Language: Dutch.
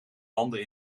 landen